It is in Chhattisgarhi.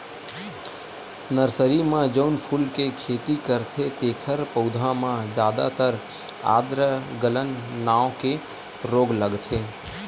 नरसरी म जउन फूल के खेती करथे तेखर पउधा म जादातर आद्र गलन नांव के रोग लगथे